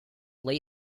late